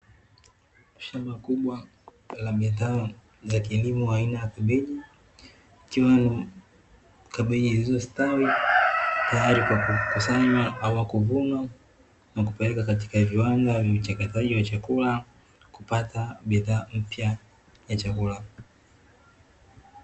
Shamba kubwa la bidhaa za kilimo aina ya kabeji, ikiwa na kabeji zilizostawi, tayari kwa kukusanywa ama kuvunwa na kupelekwa katika viwanda vya uchakataji wa chakula, kupata bidhaa mpya ya chakula.